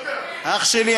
אח שלי,